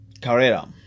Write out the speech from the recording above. Carrera